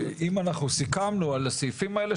אם אנחנו סיכמנו על הסעיפים האלה,